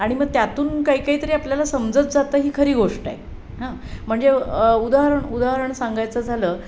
आणि मग त्यातून काही काही तरी आपल्याला समजत जातं ही खरी गोष्ट आहे हां म्हणजे उदाहरण उदाहरण सांगायचं झालं